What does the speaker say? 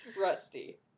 Rusty